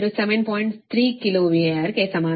3 kilo VARಗೆ ಸಮಾನವಾಗಿರುತ್ತದೆ